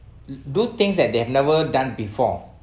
do things that they have never done before